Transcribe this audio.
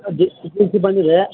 G ಇತ್ತೀಚಿಗೆ ಬಂದಿದೆ